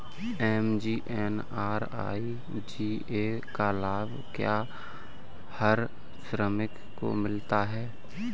MGNREGA का लाभ क्या हर श्रमिक को मिलता है?